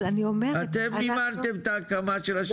אתם מימנתם את ההקמה של השטח,